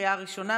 בקריאה ראשונה,